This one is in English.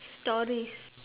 stories